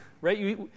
right